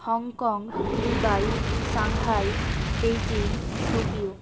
Hong Kong Dubai Shanghai Beijing Tokyo